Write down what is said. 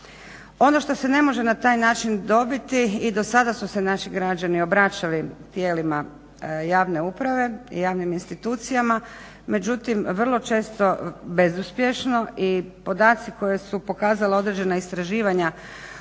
Ono što se ne može na taj način dobiti i do sada su se naši građani obraćali tijelima javne uprave, javnim institucijama, međutim vrlo često bezuspješno i podaci koje su pokazala određena istraživanja